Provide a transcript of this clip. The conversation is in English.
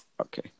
Okay